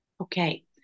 Okay